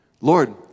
Lord